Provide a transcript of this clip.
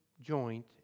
joint